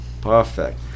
perfect